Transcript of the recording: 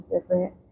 different